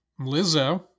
Lizzo